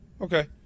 okay